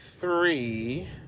three